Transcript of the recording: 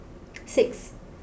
six